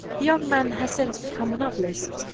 the young man has since become a novelist,